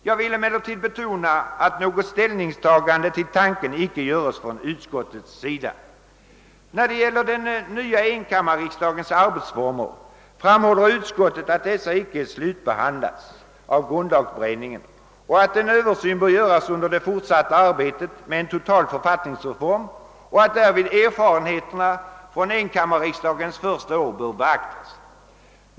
Jag vill emellertid betona att utskottet därmed inte tagit ställning till denna tanke. När det gäller den nya enkammarriksdagens arbetsformer framhåller utskottet, att den frågan inte slutbehandlats av grundlagberedningen och att en översyn bör göras under det fortsatta arbetet med en total författningsreform, varvid erfarenheterna från enkammarriksdagens första år bör beaktas.